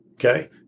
Okay